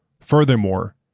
Furthermore